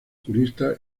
jurista